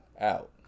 out